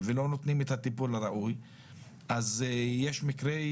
כי על כל יום עבודה יורד להן כסף והן היו שבועיים וחצי בשביתה.